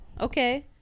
Okay